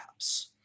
apps